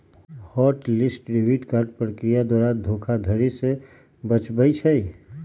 hot list debit card प्रक्रिया द्वारा धोखाधड़ी से बचबइ छै